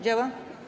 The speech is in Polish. Działa?